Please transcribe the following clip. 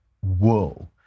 whoa